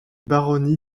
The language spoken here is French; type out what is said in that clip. baronnie